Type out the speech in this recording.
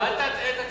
אל תטעה את הציבור,